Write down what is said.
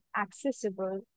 accessible